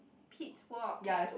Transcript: Pete's World of Pets